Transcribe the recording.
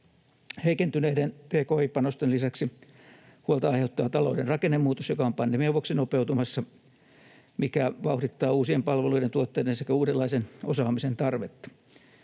Heikentyneiden tki-panosten lisäksi huolta aiheuttaa talouden rakennemuutos, joka on pandemian vuoksi nopeutumassa, mikä vauhdittaa uusien palveluiden, tuotteiden sekä uudenlaisen osaamisen tarvetta.